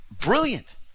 brilliant